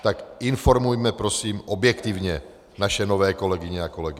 Tak informujme prosím objektivně naše nové kolegyně a kolegy.